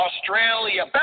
Australia